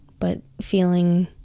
but feeling